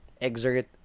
exert